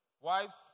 Wives